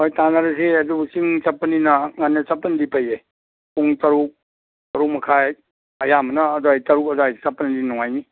ꯍꯣꯏ ꯇꯥꯟꯅꯔꯁꯤ ꯑꯗꯨꯕꯨ ꯆꯤꯡ ꯆꯠꯄꯅꯤꯅ ꯉꯟꯅ ꯆꯠꯄꯅꯗꯤ ꯐꯩꯌꯦ ꯄꯨꯡ ꯇꯔꯨꯛ ꯇꯔꯨꯛ ꯃꯈꯥꯏ ꯑꯌꯥꯝꯕꯅ ꯑꯗꯥꯏ ꯇꯔꯨꯛ ꯃꯈꯥꯏ ꯆꯠꯄꯅꯗꯤ ꯅꯨꯡꯉꯥꯏꯅꯤ